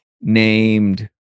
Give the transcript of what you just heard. named